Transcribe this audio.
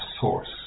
source